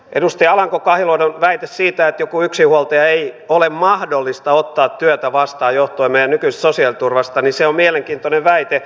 edustaja alanko kahiluodon väite siitä että jonkun yksinhuoltajan ei ole mahdollista ottaa työtä vastaan johtuen meidän nykyisestä sosiaaliturvastamme on mielenkiintoinen väite